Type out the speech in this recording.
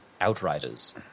outriders